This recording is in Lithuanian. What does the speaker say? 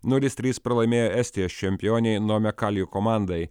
nulis trys pralaimėjo estijos čempionei nome kalju komandai